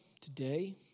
today